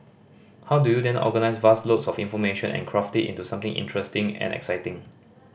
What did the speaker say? how do you then organise vast loads of information and craft it into something interesting and exciting